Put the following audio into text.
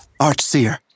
Archseer